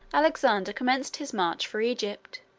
alexander commenced his march for egypt.